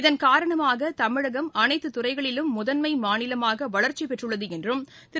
இதன் காரணமாக தமிழகம் அனைத்து துறைகளிலும் முதன்மை மாநிலமாக வளர்ச்சி பெற்றுள்ளது என்றும் திரு